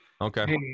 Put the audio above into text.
Okay